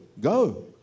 go